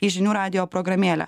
į žinių radijo programėlę